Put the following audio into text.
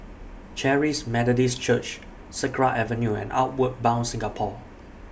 Charis Methodist Church Sakra Avenue and Outward Bound Singapore